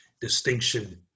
distinction